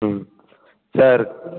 ம் சார்